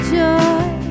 joy